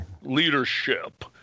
leadership